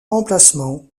emplacement